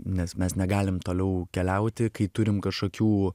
nes mes negalim toliau keliauti kai turim kažkokių